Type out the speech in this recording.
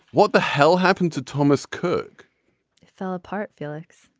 what the hell happened to thomas cook it fell apart felix.